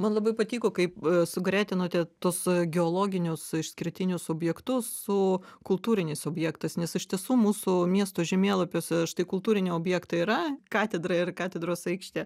man labai patiko kaip sugretinote tuos geologinius išskirtinius objektus su kultūriniais objektais nes iš tiesų mūsų miesto žemėlapiuose štai kultūriniai objektai yra katedra ir katedros aikštė